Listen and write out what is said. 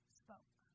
spoke